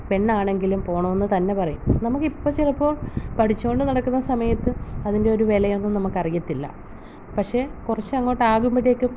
പെണ്ണാണെങ്കിലും പോകണമെന്ന് തന്നെ പറയും നമുക്കിപ്പോള് ചിലപ്പോൾ പഠിച്ചുകൊണ്ട് നടക്കുന്ന സമയത്ത് അതിൻ്റെ ഒരു വിലയൊന്നും നമുക്കറിയത്തില്ല പക്ഷെ കുറച്ചങ്ങോട്ടാകുമ്പോഴേക്കും